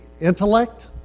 intellect